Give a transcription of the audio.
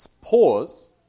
pause